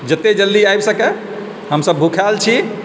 जते जल्दी आबि सकै हमसब भुखायल छी